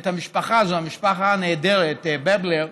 את המשפחה הזאת, משפחה נהדרת, בדלר,